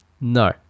No